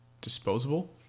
disposable